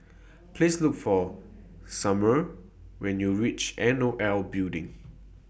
Please Look For Sumner when YOU REACH N O L Building